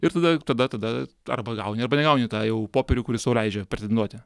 ir tada tada tada arba gauni arba negauni tą jau popierių kuris tau leidžia pretenduoti